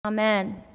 Amen